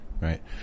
right